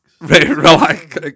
Relax